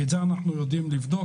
את זה אנחנו יודעים לבדוק,